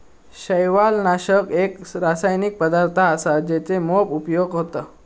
शैवालनाशक एक रासायनिक पदार्थ असा जेचे मोप उपयोग हत